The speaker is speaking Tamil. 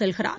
செல்கிறார்